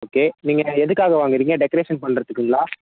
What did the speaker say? okay நீங்கள் எதுக்காக வாங்குறிங்க டெக்கரேஷன் பண்ணுறதுக்குங்ளா